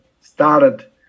started